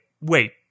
wait